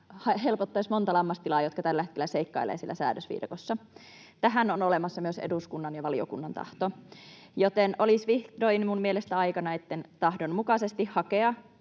helpottaisi montaa lammastilaa, jotka tällä hetkellä seikkailevat siinä säädösviidakossa. Tähän on olemassa myös eduskunnan ja valiokunnan tahto, joten olisi vihdoin minun mielestäni aika näitten tahdon mukaisesti hakea